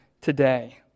today